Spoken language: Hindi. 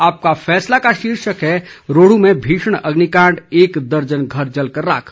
आपका फैसला का शीर्षक रोहडू में भीषण अग्निकांड एक दर्जन घर जलकर राख